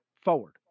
forward